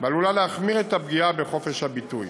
ועלולה להחמיר את הפגיעה בחופש הביטוי.